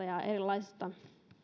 ja erilaisista